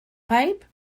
pipe